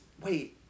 wait